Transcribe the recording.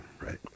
Right